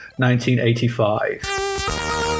1985